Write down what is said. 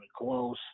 close